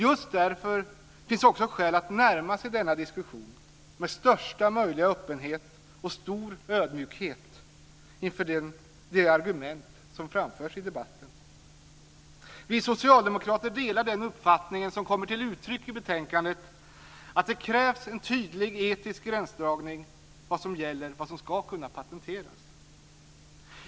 Just därför finns det också skäl att närma sig denna diskussion med största möjliga öppenhet och stor ödmjukhet inför de argument som framförs i debatten. Vi socialdemokrater delar den uppfattning som kommer till uttryck i betänkandet, att det krävs en tydlig etisk gränsdragning vad avser det som ska kunna patenteras.